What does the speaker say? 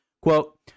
quote